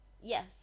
Yes